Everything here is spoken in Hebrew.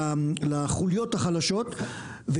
לחוליות החלשות,